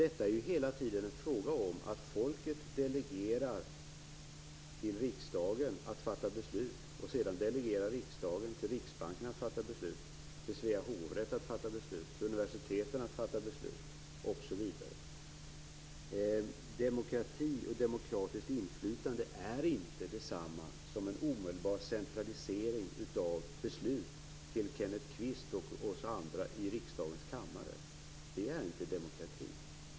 Det är hela tiden fråga om att folket delegerar till riksdagen att fatta beslut, och sedan delegerar riksdagen till Riksbanken att fatta beslut, till Svea hovrätt att fatta beslut, till universiteten att fatta beslut, osv. Demokrati och demokratiskt inflytande är inte detsamma som en omedelbar centralisering av beslut till Det är inte demokrati.